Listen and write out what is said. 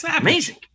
amazing